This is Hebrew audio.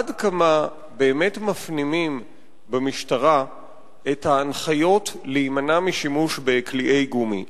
עד כמה באמת מפנימים במשטרה את ההנחיות להימנע משימוש בקליעי גומי?